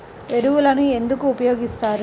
ఎరువులను ఎందుకు ఉపయోగిస్తారు?